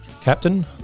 captain